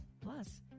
Plus